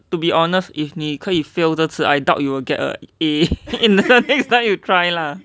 to be honest if 你可以 fail 这次 I doubt you will get a A in the next time you try lah